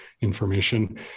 information